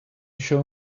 show